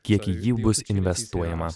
kiek į jį bus investuojama